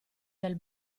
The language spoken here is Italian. del